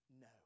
No